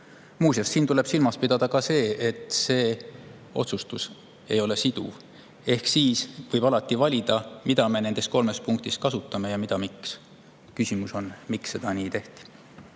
Muuseas, siin tuleb silmas pidada ka seda, et see otsustus ei ole siduv. Ehk siis alati võib valida, mida me nendest kolmest punktist kasutame ja mida [mitte]. Küsimus on: miks nii tehti?